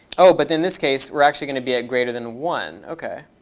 oh, but then this case, we're actually going to be at greater than one. ok.